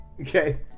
Okay